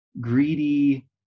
greedy